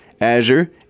Azure